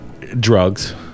drugs